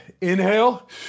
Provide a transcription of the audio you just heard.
inhale